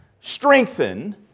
strengthen